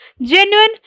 genuine